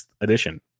edition